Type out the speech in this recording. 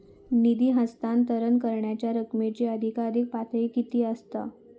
निधी हस्तांतरण करण्यांच्या रकमेची अधिकाधिक पातळी किती असात?